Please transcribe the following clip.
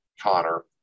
connor